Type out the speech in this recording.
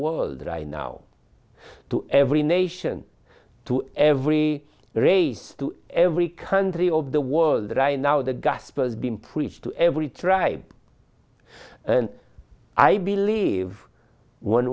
world right now to every nation to every race to every country of the world right now the gospel has been preached to every tribe and i believe